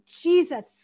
Jesus